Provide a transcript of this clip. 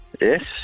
Yes